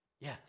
Yes